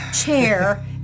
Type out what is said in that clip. chair